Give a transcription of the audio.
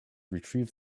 retrieve